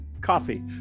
coffee